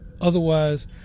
Otherwise